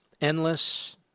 endless